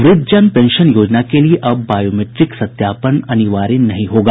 व्रद्धजन pension योजना के लिए अब बायोमीट्रिक सत्यापन अनिवार्य नहीं होगा